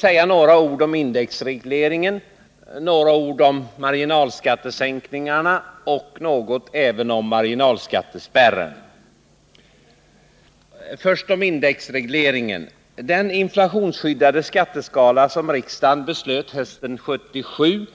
Så några ord om indexregleringen och marginalskattesänkningarna samt även något om marginalskattespärren. Jag börjar med att ta upp indexregleringen. Den inflationsskyddade skatteskala som riksdagen beslöt hösten 1977